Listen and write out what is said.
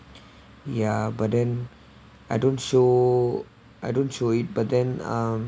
ya but then I don't show I don't show it but then um